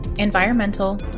environmental